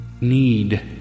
need